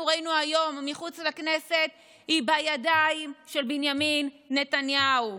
ראינו היום מחוץ לכנסת היא בידיים של בנימין נתניהו.